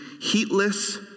heatless